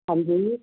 ਹਾਂਜੀ